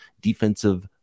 defensive